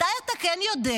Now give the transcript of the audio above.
מתי אתה כן יודע?